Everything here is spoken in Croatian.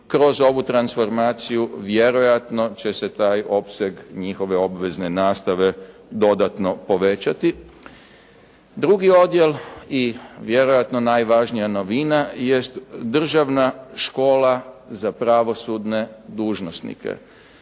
kroz ovu transformaciju vjerojatno će se njihov opseg obvezne nastave dodatno povećati. Drugi odjel, vjerojatno najvažnija novina jest Državna škola za pravosudne dužnosnike.